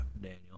Daniel